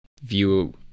view